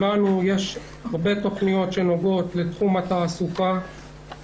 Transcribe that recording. יש הרבה תוכניות שנוגעות לתחום התעסוקה.